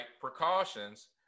precautions